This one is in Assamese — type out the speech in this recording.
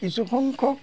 কিছুসংখ্যক